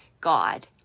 God